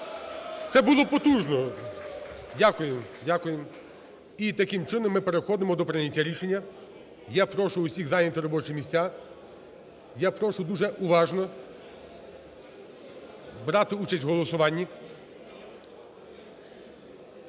Це було потужно. Дякую. Дякуємо. І, таким чином, ми переходимо до прийняття рішення. Я прошу всіх зайняти робочі місця, я прошу дуже уважно брати участь в голосуванні.